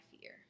fear